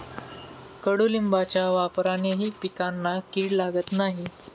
कडुलिंबाच्या वापरानेही पिकांना कीड लागत नाही